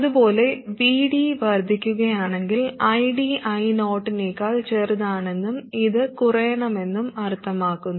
അതുപോലെ VD വർദ്ധിക്കുകയാണെങ്കിൽ ID I0 നേക്കാൾ ചെറുതാണെന്നും ഇത് കുറയണമെന്നും അർത്ഥമാക്കുന്നു